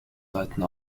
deuten